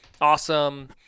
awesome